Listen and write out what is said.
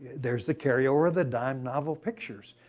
there is the carryover of the dime novel pictures.